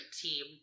team